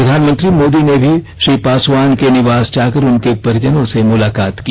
प्रधानमंत्री मोदी ने भी श्री पासवान के निवास जाकर उनके परिजनों से मुलाकात की